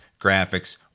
graphics